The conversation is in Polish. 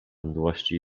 mdłości